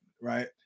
right